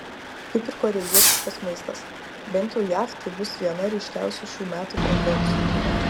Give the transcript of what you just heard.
kaip ir korėjietiškas maistas bent jau jav tai bus viena ryškiausių šių metų tendencijų